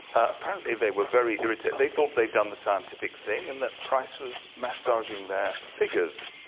apparently they were very irritated. they thought they'd done the scientific thing and that price was massaging their figures.